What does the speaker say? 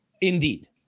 Indeed